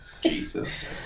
Jesus